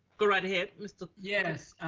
go right ahead, mr. yeah